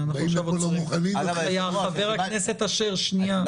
באים לפה לא מוכנים --- חבר הכנסת אשר, שנייה.